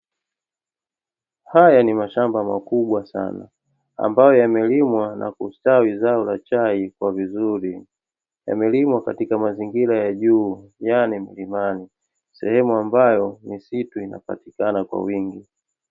Haya ni mashamba makubwa sana ambayo yamelimwa na kustawi zao la chai kwa vizuri. Yamelimwa katika mazingira ya juu, yaani milimani, sehemu ambayo misitu inapatikana kwa wingi.